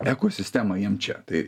ekosistemą jiem čia tai